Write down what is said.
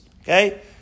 okay